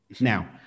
now